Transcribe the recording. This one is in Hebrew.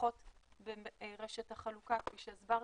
צריכות רשת החלוקה, כפי שהסברתי,